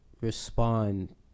respond